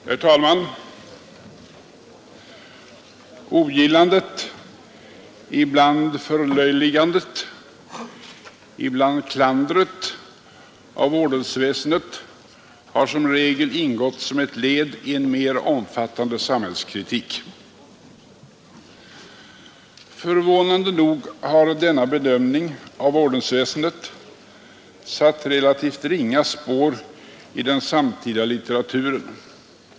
Herr talman! Ogillandet, ibland förlöjligandet, ibland klandret av ordensväsendet har som regel ingått som ett led i en mer omfattande samhällskritik. Förvånande nog har denna bedömning av ordensväsendet satt relativt ringa spår i den samtida litteraturen.